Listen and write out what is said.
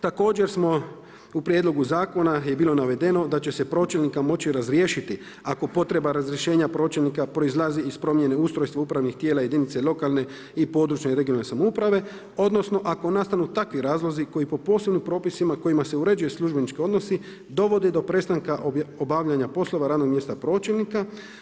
Također smo u prijedlogu zakona je bilo navedeno da će se pročelnika moći razriješiti ako potreba razrješenja pročelnika proizlazi iz promjene ustrojstva upravnih tijela jedinice lokalne i područne (regionalne) samouprave odnosno ako nastanu takvi razlozi koji po posebnim propisima kojima se uređuju službenički odnosi dovode do prestanka obavljanja poslova radnog mjesta pročelnika.